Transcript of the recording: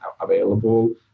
available